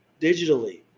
Digitally